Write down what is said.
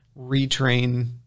Retrain